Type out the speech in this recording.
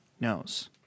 knows